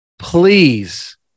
please